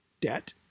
debt